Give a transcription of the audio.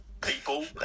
people